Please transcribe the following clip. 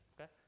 okay